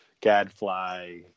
gadfly